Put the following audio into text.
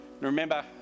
Remember